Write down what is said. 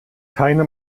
keine